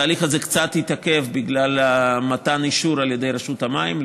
התהליך הזה קצת התעכב בגלל מתן אישור על ידי רשות המים.